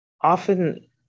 Often